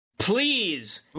Please